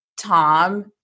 Tom